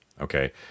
okay